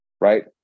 Right